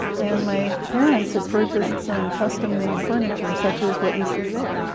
and my parents had purchased some custom-made furniture, such as what you see there.